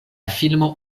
filmo